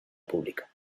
pública